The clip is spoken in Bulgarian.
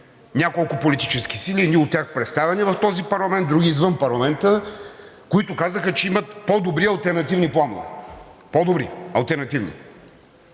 няколко политически сили, едни от тях представени в този парламент, други извън парламента, които казаха, че имат по-добри алтернативни планове. По-добри алтернативни!